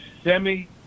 semi